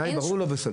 נראה לי ברור לא בסדר.